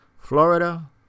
Florida